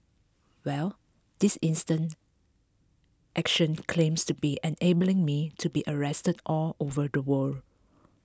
well this instant action claims to be enabling me to be arrested all over the world